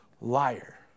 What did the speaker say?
Liar